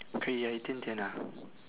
可以呀一点点啊